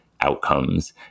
outcomes